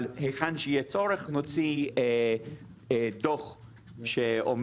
אבל היכן שיהיה צורך נוציא דו"ח שאומר,